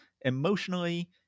emotionally